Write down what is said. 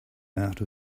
out